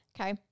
Okay